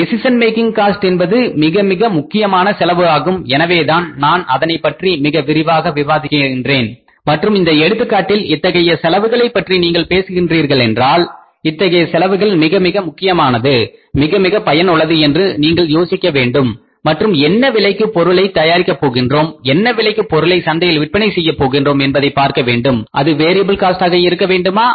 decision making cost என்பது மிக மிக முக்கியமான செலவு ஆகும் எனவேதான் நான் அதனைப் பற்றி மிக விரிவாக விவாதிக்ககின்றேன் மற்றும் இந்த எடுத்துக்காட்டில் இத்தகைய செலவுகளைப் பற்றி நீங்கள் பேசுகிறீர்கள் என்றால் இத்தகைய செலவுகள் மிக மிக முக்கியமானது மிக மிக பயனுள்ளது என்று நீங்கள் யோசிக்க வேண்டும் மற்றும் என்ன விலைக்கு பொருளை தயாரிக்க போகின்றோம் என்ன விலைக்கு பொருளை சந்தையில் விற்பனை செய்யப் போகின்றோம் என்பதை பார்க்க வேண்டும் அது வேரியபில் காஸ்ட் ஆக இருக்க வேண்டுமா